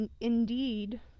indeed